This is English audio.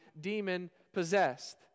demon-possessed